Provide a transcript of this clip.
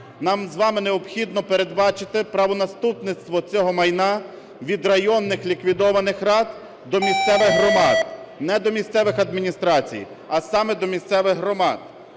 Нам з вами необхідно передбачити правонаступництво цього майна від районних ліквідованих рад до місцевих громад, не до місцевих адміністрацій, а саме до місцевих громад.